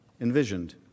envisioned